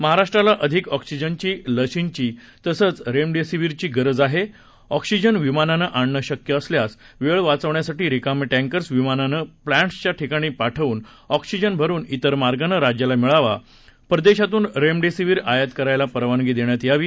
महाराष्ट्राला अधिक ऑक्सिजनची लशीची तसंच रेमडीसीवीरची गरज आहे ऑक्सिजन विमानानं आणणे शक्य नसल्यास वेळ वाचविण्यासाठी रिकामे टँकर्स विमानाने प्लॅट्सच्या ठिकाणी पाठवून ऑक्सिजन भरून ित्रर मार्गाने राज्याला मिळावा परदेशातून रेमडीसीवीर आयात करायला परवानगी देण्यात यावी